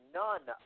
none